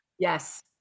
Yes